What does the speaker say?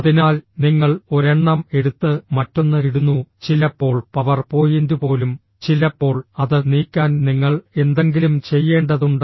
അതിനാൽ നിങ്ങൾ ഒരെണ്ണം എടുത്ത് മറ്റൊന്ന് ഇടുന്നു ചിലപ്പോൾ പവർ പോയിന്റ് പോലും ചിലപ്പോൾ അത് നീക്കാൻ നിങ്ങൾ എന്തെങ്കിലും ചെയ്യേണ്ടതുണ്ട്